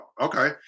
Okay